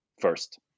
first